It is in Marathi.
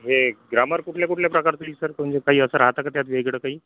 हे ग्रामर कुठल्या कुठल्या प्रकारचं विचारतं म्हणजे काही असं राहतं का त्यात वेगळं काही